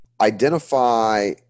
Identify